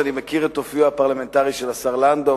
אני מכיר את אופיו הפרלמנטרי של השר לנדאו.